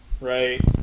Right